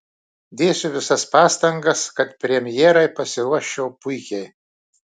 dėsiu visas pastangas kad premjerai pasiruoščiau puikiai